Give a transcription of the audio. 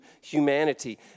humanity